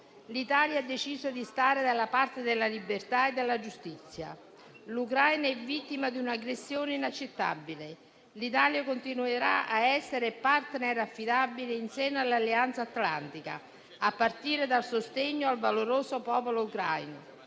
L'Italia ha deciso di stare dalla parte della libertà e della giustizia. L'Ucraina è vittima di un'aggressione inaccettabile. L'Italia continuerà a essere *partner* affidabile in seno all'Alleanza atlantica, a partire dal sostegno al valoroso popolo ucraino